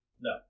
No